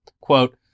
Quote